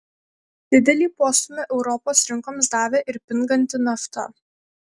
didelį postūmį europos rinkoms davė ir pinganti nafta